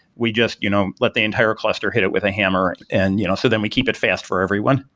we just you know let the entire cluster hit it with a hammer, and you know so then we keep it fast for everyone.